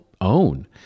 own